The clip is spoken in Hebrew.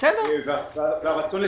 אפילו לאחר מעשה,